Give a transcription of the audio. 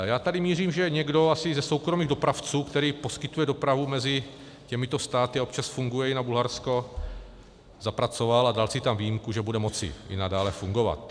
Já tady mířím, že někdo asi ze soukromých dopravců, který poskytuje dopravu mezi těmito státy a občas funguje i na Bulharsko, zapracoval a dal si tam výjimku, že bude moci i nadále fungovat.